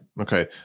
Okay